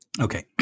Okay